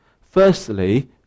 Firstly